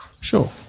Sure